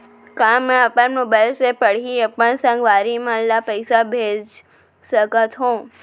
का मैं अपन मोबाइल से पड़ही अपन संगवारी मन ल पइसा भेज सकत हो?